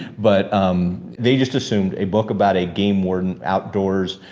but um they just assumed a book about a game warden, outdoors,